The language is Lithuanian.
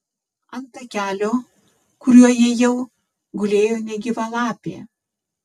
ant takelio kuriuo ėjau gulėjo negyva lapė